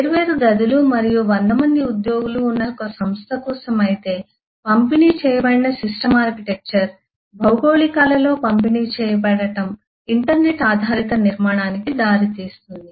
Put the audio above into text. వేర్వేరు గదులు మరియు 100 మంది ఉద్యోగులు ఉన్న ఒక సంస్థ కోసం అయితే పంపిణీ చేయబడిన సిస్టమ్ ఆర్కిటెక్చర్ భౌగోళికాలలో పంపిణీ చేయబడటం ఇంటర్నెట్ ఆధారిత నిర్మాణానికి దారితీస్తుంది